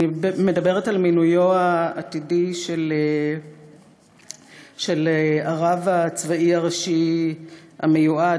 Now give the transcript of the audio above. אני מדברת על מינויו העתידי של הרב הצבאי הראשי המיועד,